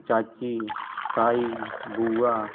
चाची ताई बुआ